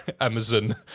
Amazon